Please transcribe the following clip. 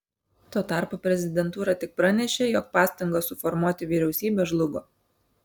tuo tarpu prezidentūra tik pranešė jog pastangos suformuoti vyriausybę žlugo